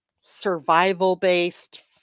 survival-based